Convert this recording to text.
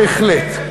בהחלט.